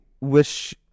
wish